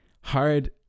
hard